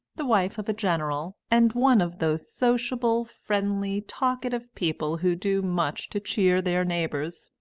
the wife of a general, and one of those sociable, friendly, talkative people who do much to cheer their neighbours,